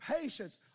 patience